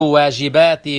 واجباتي